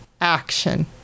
action